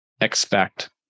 expect